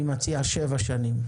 אני מציע שבע שנים.